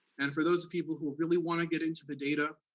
and for those people who really wanna get into the data,